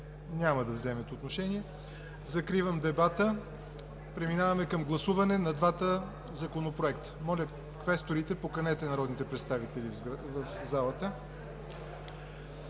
няма да вземете отношение. Закривам дебата. Преминаваме към гласуване на двата законопроекта. Моля, квесторите, поканете народните представители в залата.